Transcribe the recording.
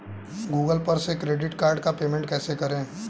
Google पर से credit card का पेमेंट कैसे करें?